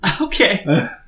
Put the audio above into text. Okay